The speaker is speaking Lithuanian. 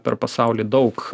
per pasaulį daug